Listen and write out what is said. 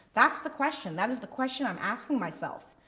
that's the question. that is the question, i'm asking myself.